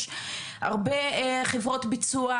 יש הרבה חברות ביצוע,